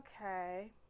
okay